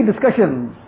discussions